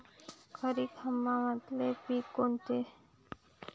खरीप हंगामातले पिकं कोनते?